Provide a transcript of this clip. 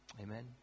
Amen